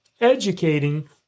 educating